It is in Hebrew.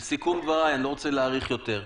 לסיכום דבריי, אני לא רוצה להאריך יותר.